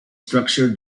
structure